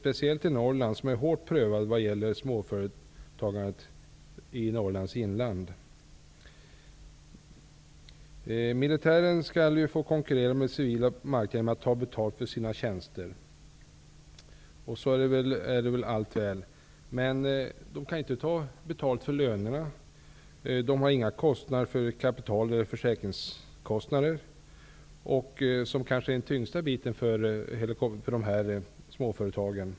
Det gäller framför allt i Norrlands inland, där småföretagsamheten är hårt prövad. Försvaret skall ju få konkurrera med de civila på marknaden genom att ta betalt för sina tjänster. Så långt är allt väl. Men de har inga löne eller kapitalkostnader. De har inte heller några försäkringskostnader, vilka brukar utgöra den tyngsta utgiftsposten för småföretagen.